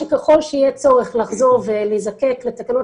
שככול שיהיה צורך לחזור ולהזדקק לתקנות